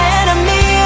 enemy